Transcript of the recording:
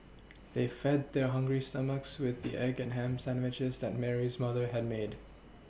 they fed their hungry stomachs with the egg and ham sandwiches that Mary's mother had made